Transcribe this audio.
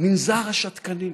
מנזר השתקנים.